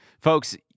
folks